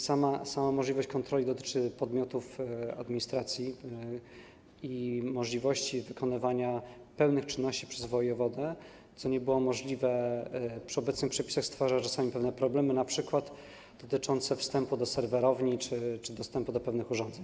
Sama możliwość kontroli dotyczy podmiotów administracji i możliwości wykonywania pełnych czynności przez wojewodę, co nie było możliwe, co przy obecnych przepisach stwarza czasami pewne problemy, np. dotyczące wstępu do serwerowni czy dostępu do pewnych urządzeń.